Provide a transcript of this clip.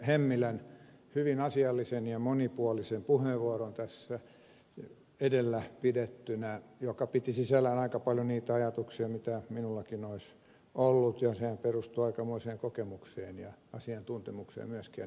hemmilän hyvin asiallisen ja monipuolisen puheenvuoron tässä edellä pidettynä joka piti sisällään aika paljon niitä ajatuksia mitä minullakin olisi ollut ja sehän perustui aikamoiseen kokemukseen ja asiantuntemukseen myöskin hänen puheenvuoronsa